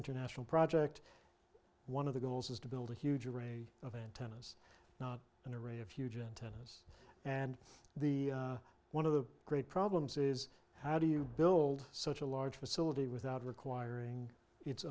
international project one of the goals is to build a huge array of antennas not an array of huge and tennis and the one of the great problems is how do you build such a large facility without requiring its